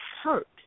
hurt